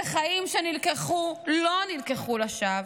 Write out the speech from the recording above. וחיים שנלקחו, לא נלקחו לשווא,